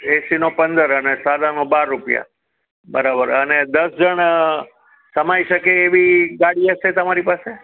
એસીનો પંદર અને સાદાનો બાર રૂપિયા બરાબર અને દસ જણ સમાઈ શકે એવી ગાડી હશે તમારી પાસે